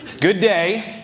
good day,